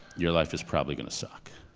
your life is probably gonna suck,